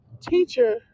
teacher